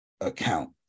account